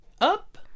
up